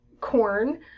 corn